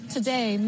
Today